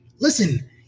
listen